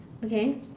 okay